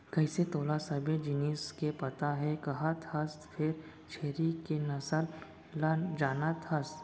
कइसे तोला सबे जिनिस के पता हे कहत हस फेर छेरी के नसल ल जानत हस?